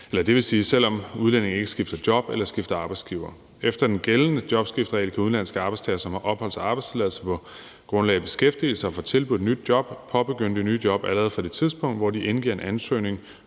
det vil sige selv om udlændingen ikke skifter job eller skifter arbejdsgiver. Efter den gældende jobskifteregel kan udenlandske arbejdstagere, som har opholds- og arbejdstilladelse på grundlag af beskæftigelse, og som får tilbudt et job, påbegynde det nye job allerede fra det tidspunkt, hvor de indgiver en ansøgning